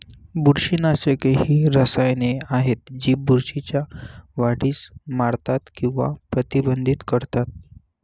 बुरशीनाशके ही रसायने आहेत जी बुरशीच्या वाढीस मारतात किंवा प्रतिबंधित करतात